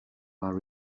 our